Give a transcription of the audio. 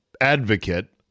Advocate